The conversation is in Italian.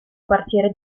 quartiere